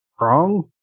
wrong